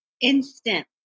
instant